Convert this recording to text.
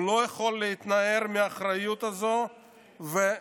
הוא לא יכול להתנער מהאחריות הזאת ולהעביר